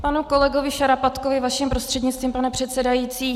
Panu kolegovi Šarapatkovi vašim prostřednictvím, pane předsedající.